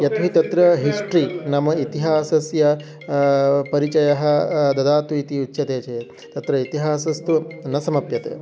यद् वि तत्र हिस्ट्रि नाम इतिहासस्य परिचयः ददातु इति उच्यते चेत् तत्र इतिहसस्तु न समाप्यते